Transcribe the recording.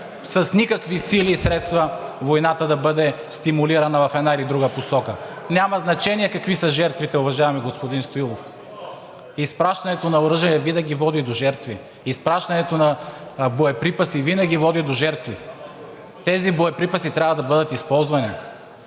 с никакви сили и средства войната да бъде стимулирана в една или друга посока. (Шум и реплики.) Няма значение какви са жертвите, уважаеми господин Стоилов. Изпращането на оръжия винаги води до жертви. Изпращането на боеприпаси винаги води до жертви. Тези боеприпаси трябва да бъдат използвани.